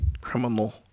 criminal